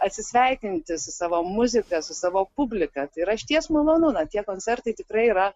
atsisveikinti su savo muzika su savo publika tai yra išties malonu na tie koncertai tikrai yra